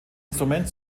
instrument